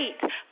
great